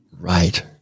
Right